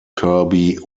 kirby